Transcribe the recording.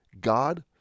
God